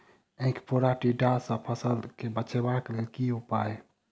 ऐंख फोड़ा टिड्डा सँ फसल केँ बचेबाक लेल केँ उपाय?